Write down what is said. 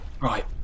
right